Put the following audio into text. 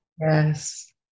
Yes